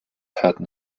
hörten